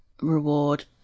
Reward